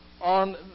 on